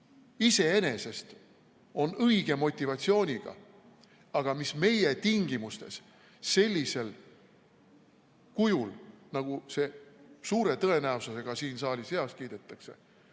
iseenesest on õige motivatsiooniga, aga mis meie tingimustes sellisel kujul, nagu see suure tõenäosusega siin saalis heaks kiidetakse,